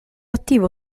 attivo